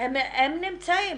הם נמצאים,